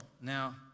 Now